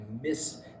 miss